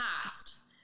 past